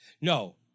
No